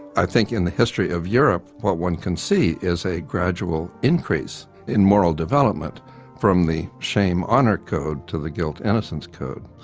i think in the history of europe what one can see is a gradual increase in moral development from the shame honour code to the guilt innocence code.